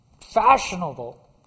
fashionable